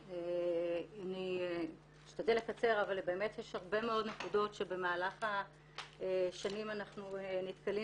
אני אשתדל לקצר אבל באמת יש הרבה מאוד נקודות שבמהלך השנים אנחנו נתקלים